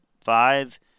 five